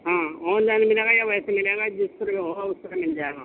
on line ملے گا یا ویسے ملے گا جس طرح کا ہوگا اس طرح مل جائے گا